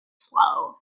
slow